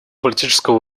политического